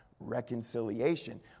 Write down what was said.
reconciliation